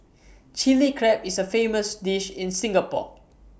Chilli Crab is A famous dish in Singapore